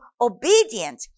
obedient